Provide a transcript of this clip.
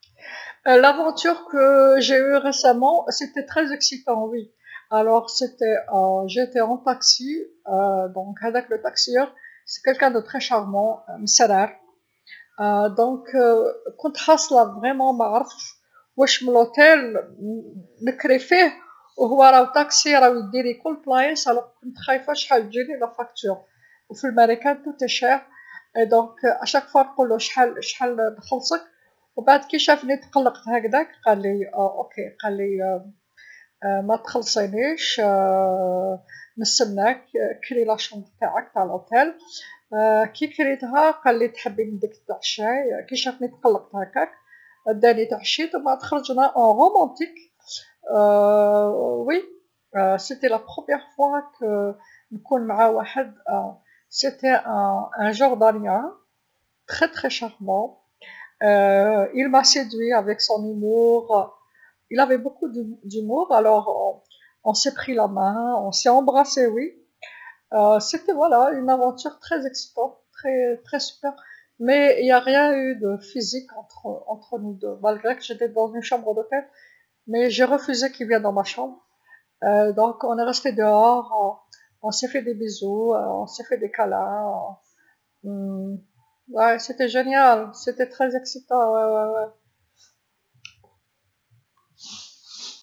للمغامره لدرتها مأخرا كانت مثيرا إيه، كانت في كنت في تاكسي، هذاك تاكسيور كان شخص مسرع علابيها كنت حاصله نيشان معرفتش واش من أوتيل ن-نكري فيه و هو تاكسي راهو يديلي كل بلايص لذا كنت خايفه شحال تجيني فاتوره و في ماريكان تجي غاليه، علابيها كل مرا نقوله شحال شحال نخلصك و بعد كشافني تقلقت هكذاك، قالي أه صحا قالي متخلصينيش نستناك كري غرفتك تع لوتيل، ككريتها قالي تحبي نديك تتعشاي كيشافني تقلقت هكذاك، داني تعشيت منبعد خرجنا في رومانسيه إيه كانت أول مرا نكون مع واحد، كان نوع ينحب بزاف بزاف حنين، غواني بزعاقته، كان يضحك بزاف، حكمنا يدين بعض و تسالمنا إيه، هاذي هي كانت مغامره بزاف بزاف شابه، بصح مكانش كاين تلامس جسدي بينا حنا زوج بالرغم من أني كنت في غرفة أوتيل بصح رفضت يجي غرفتي، إذا قعدنا برا، كنا نتسالمو، نتعانقو، إيه كانت هايله كانت مثير إيه إيه.